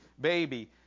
baby